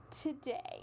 today